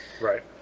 Right